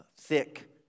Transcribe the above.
thick